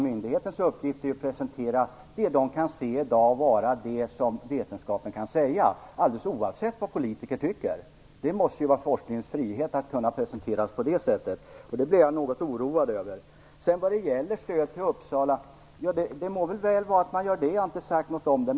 Myndighetens uppgift är att presentera det som vetenskapen i dag kan säga, alldeles oavsett vad politiker tycker. Det måste vara forskningens frihet att kunna presentera materialet på det sättet. Därför blev jag något oroad. Stödet till Uppsala må väl vara. Jag har inte sagt något om det.